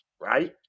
right